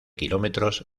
kilómetros